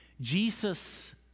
Jesus